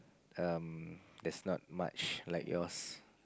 um there's not much like yours